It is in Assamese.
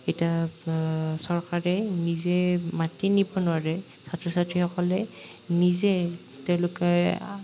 এতিয়া চৰকাৰে নিজে মাতি নিব নোৱাৰে ছাত্ৰ ছাত্ৰীসকলে নিজে তেওঁলোকে